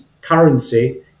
currency